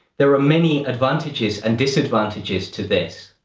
there are many advantages and disadvantages to this.